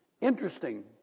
interesting